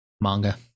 Manga